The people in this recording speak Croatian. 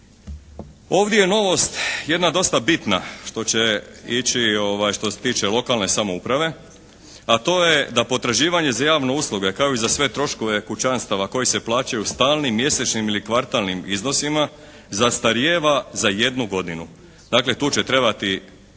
Ovdje je novost jedna dosta bitna što će ići što se tiče lokalne samouprave, a to je da potraživanje za javne usluge kao i za sve troškove kućanstava koji se plaćaju stalnim, mjesečnim ili kvartalnim iznosima zastarijeva za jednu godinu. Dakle, tu će trebati